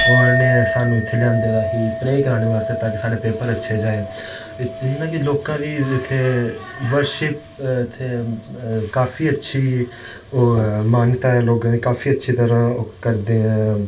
उनांने स्हानू इत्थें लेआंदा दा ही प्रे कराने आस्तै ताकि साढ़े पेपर अच्छे जाएं इयां कि लोकां दी इत्थें वर्शिप इत्थें काफी अच्छी ओ मान्यता ऐ लोगां दी काफी अच्छी तरां करदे ऐं